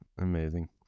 Amazing